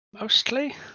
mostly